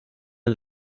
der